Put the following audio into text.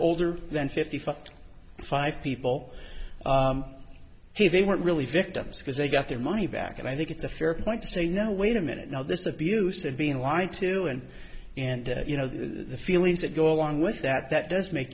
older than fifty five five people here they weren't really victims because they got their money back and i think it's a fair point to say now wait a minute now this abuse of being lied to and and you know the feelings that go along with that that does make